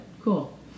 cool